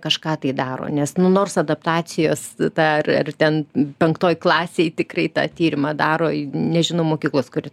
kažką tai daro nes nu nors adaptacijos tą ar ten penktoj klasėj tikrai tą tyrimą daro nežinau mokyklos kuri